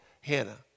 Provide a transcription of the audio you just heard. Hannah